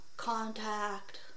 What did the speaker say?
Contact